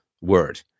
word